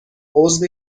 عضو